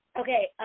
Okay